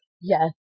yes